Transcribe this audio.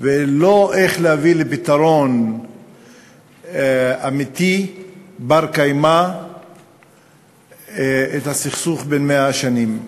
ולא איך להביא לפתרון אמיתי בר-קיימא לסכסוך בן 100 השנים.